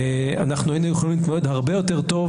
אנחנו היינו יכולים להתמודד הרבה יותר טוב.